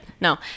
No